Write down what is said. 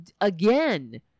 again